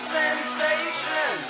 sensation